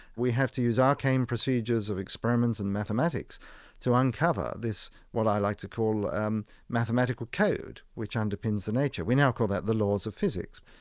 we have to use arcane procedures of experiment and mathematics to uncover this, what i like to call, um mathematical code which underpins nature. we now call that the laws of physics.